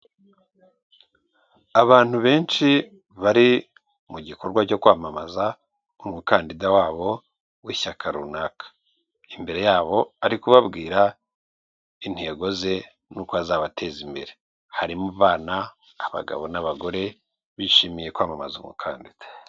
Abantu benshi, bari mu gikorwa cyo kwamamaza umukandida wabo w'ishyaka runaka. Imbere yabo, ari kubabwira intego ze, n'uko azabateza imbere, harimo abana, abagabo, n'abagore, bishimiye kwamamaza umukandida.